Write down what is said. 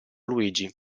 luigi